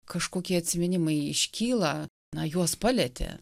kažkokie atsiminimai iškyla na juos palietė